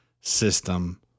system